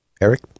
Eric